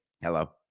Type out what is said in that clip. Hello